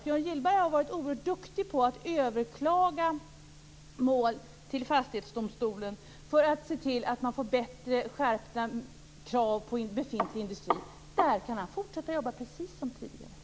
Björn Gillberg har varit oerhört duktig på att överklaga mål till fastighetsdomstolen för att se till att det blir bättre, mera skärpta, krav på befintlig industri. Där kan han fortsätta att jobba precis som tidigare.